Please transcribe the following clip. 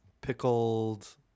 Pickled